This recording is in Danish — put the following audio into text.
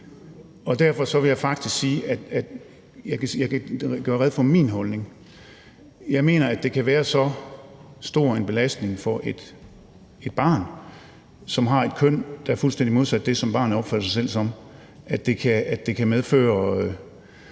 Derfor vil jeg faktisk sige, at jeg kan gøre rede for min holdning. Jeg mener, at det kan være så stor en belastning for et barn, som har et køn, som er fuldstændig modsat det, som barnet opfatter sig selv som, at det kan medføre